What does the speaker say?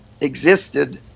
existed